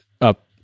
up